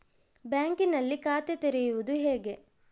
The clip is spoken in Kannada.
ಬ್ಯಾಂಕಿನಲ್ಲಿ ಖಾತೆ ತೆರೆಯುವುದು ಹೇಗೆ?